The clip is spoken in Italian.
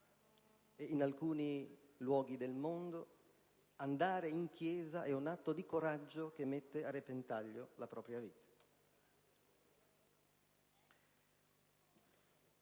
e in alcuni luoghi del mondo andare in Chiesa è un atto di coraggio che mette a repentaglio la propria vita.